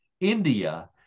India